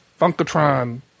Funkatron